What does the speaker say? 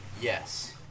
Yes